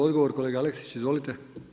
Odgovor kolega Aleksić, izvolite.